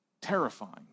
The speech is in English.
terrifying